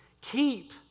Keep